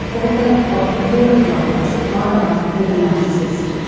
author of web of lies my life with a narcissist.